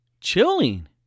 chilling